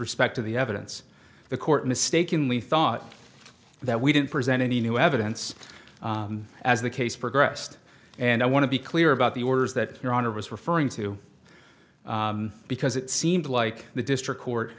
respect to the evidence the court mistakenly thought that we didn't present any new evidence as the case progressed and i want to be clear about the orders that your honor was referring to because it seemed like the district court